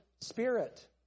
Spirit